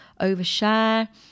overshare